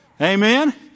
Amen